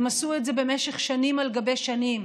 הם עשו את זה במשך שנים על גבי שנים.